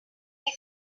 they